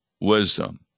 wisdom